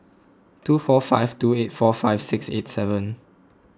two four five two eight four five six eight seven